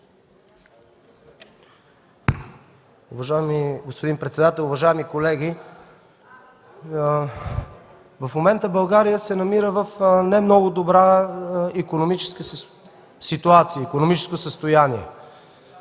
Уважаеми господин председател, уважаеми колеги! В момента България се намира в не много добро икономическо състояние.